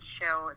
show